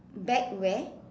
back where